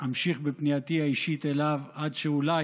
אמשיך בפנייתי האישית אליו עד שאולי